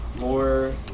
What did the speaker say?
more